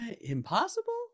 impossible